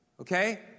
Okay